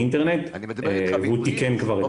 באינטרנט, והוא תיקן כבר את המחשב.